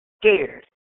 scared